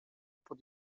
pod